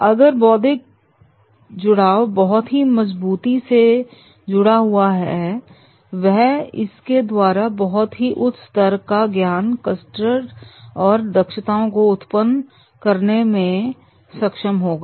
अगर बौद्धिक जुड़ाव बहुत ही मजबूती से जुड़ा हुआ है तो वह इसके द्वारा बहुत ही उच्च स्तर का ज्ञान कस्टर्ड और दक्षताओं को उत्पन्न करने में सक्षम होगा